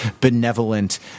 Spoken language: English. benevolent